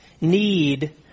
Need